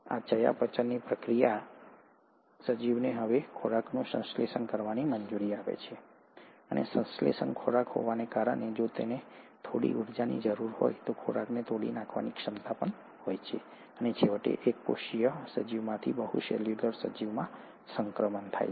આ ચયાપચયની પ્રતિક્રિયાઓ સજીવને હવે ખોરાકનું સંશ્લેષણ કરવાની મંજૂરી આપે છે અને સંશ્લેષિત ખોરાક હોવાને કારણે જો તેને થોડી ઊર્જાની જરૂર હોય તો ખોરાકને તોડી નાખવાની ક્ષમતા પણ હોય છે અને છેવટે એક કોષીય સજીવમાંથી બહુ સેલ્યુલર સજીવમાં સંક્રમણ થાય છે